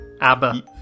Abba